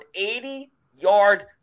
80-yard